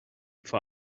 for